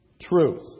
truth